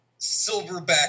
silverback